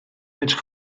edrych